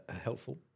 helpful